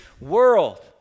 world